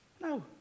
No